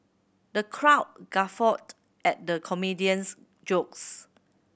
the crowd guffawed at the comedian's jokes